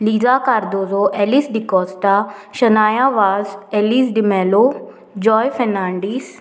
Lija Cardozo Elis D'Costa Shanaya Vaz Elis D'Mello Joy Fernandes